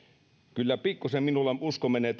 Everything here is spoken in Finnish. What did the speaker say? kyllä pikkusen minulla usko menee